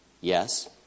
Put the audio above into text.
yes